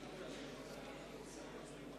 חבר הכנסת דב